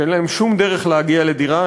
שאין להם שום דרך להגיע לדירה,